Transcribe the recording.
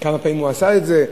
כמה פעמים הוא עשה את זה,